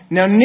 Now